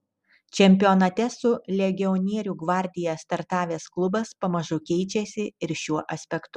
čempionate su legionierių gvardija startavęs klubas pamažu keičiasi ir šiuo aspektu